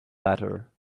latter